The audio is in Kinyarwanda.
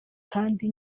kandi